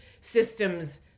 systems